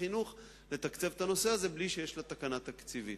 החינוך לתקצב את הנושא הזה בלי שיש לו תקנה תקציבית.